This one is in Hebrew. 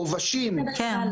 עובשים,